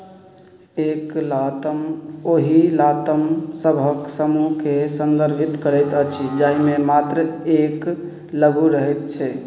एक लातम ओहि लातम सभक समूहके सन्दर्भित करैत अछि जाहिमे मात्र एक लघु रहैत छै